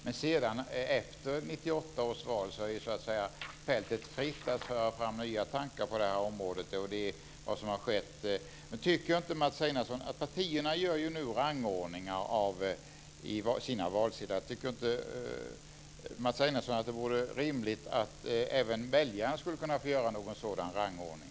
Men efter 1998 års val är fältet fritt att föra fram nya tankar på det här området, och det är vad som har skett. Partierna gör ju rangordningar på sina valsedlar. Tycker inte Mats Einarsson att det vore rimligt att även väljarna skulle kunna få göra någon sådan rangordning?